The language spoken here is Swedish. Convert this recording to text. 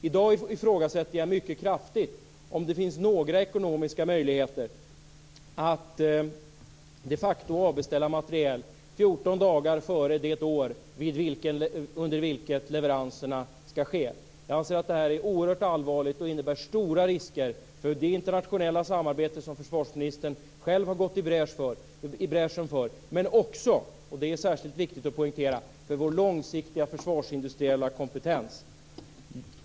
I dag ifrågasätter jag mycket kraftigt om det finns några ekonomiska möjligheter att de facto avbeställa materiel 14 dagar före det år under vilket leveranserna skall ske. Jag anser att det här är oerhört allvarligt och innebär stora risker för det internationella samarbete som försvarsministern själv har gått i bräschen för, men också - och det är särskilt viktigt att poängtera - för vår långsiktiga försvarsindustriella kompetens.